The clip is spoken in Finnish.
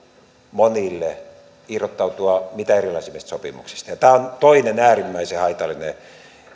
monille irrottautua mitä erilaisimmista sopimuksista tämä on toinen äärimmäisen haitallinen